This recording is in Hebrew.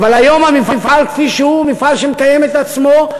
אבל היום המפעל כפי שהוא הוא מפעל שמקיים את עצמו,